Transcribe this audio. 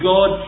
God